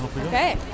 Okay